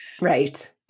Right